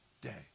day